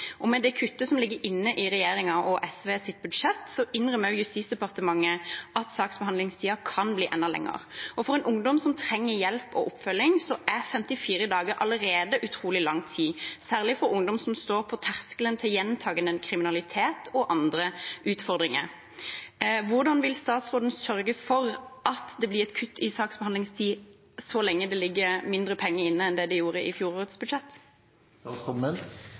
ligger inne i regjeringens og SVs budsjett, innrømmer Justisdepartementet at saksbehandlingstiden kan bli enda lengre. For en ungdom som trenger hjelp og oppfølging, er 54 dager allerede utrolig lang tid, særlig for ungdom som står på terskelen til gjentakende kriminalitet og andre utfordringer. Hvordan vil statsråden sørge for at det blir kutt i saksbehandlingstid så lenge det ligger mindre penger inne enn det det gjorde i fjorårets budsjett?